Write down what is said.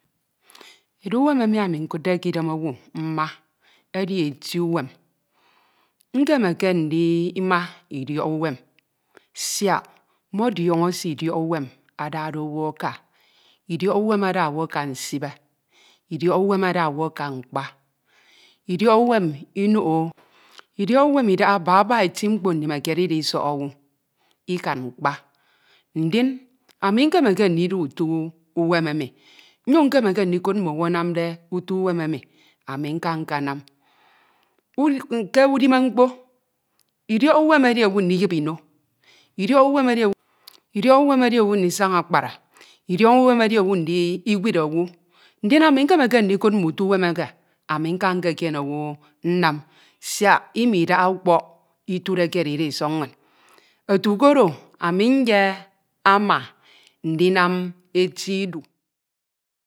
. Edu uwem emi anir nkudde kȋdem any ma eai eti umem. Nkemeke ndima idiǫk uwem sîak mmọdiornọ sidiok unem adavle owa aka idiok uivem ada uiuem aka nsǐbe, idwi wuem ada oini aka mkpa, iḏiọk wmem idakha baba eti mkpa ndune Nied idiisọk oma akan mrpa aidin ami nkemeke ndikud mmiowu ananide uto uwem emi anii nka nkanam, u di, keudimc mkpo, idiok uiuem emi nycin nkemeke ndikud mnioun anenide uto uwem emi anii nka nkanam, U di, keudimc mkpo, idiok uwem edi owa ndiyip iso, idiok uwem edi owa, idiok nmem edi owu ndisaha akpara, idiok uwem edi owu ndiwid owu, ndin anǹ nkemeke ndikud mnúito unum eke ama nka nkefeiene owu nnam, sika midakha nkpok iture kied ida isoe inn oto ke oro, ami nyema nctriam eti ietu.